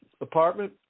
apartment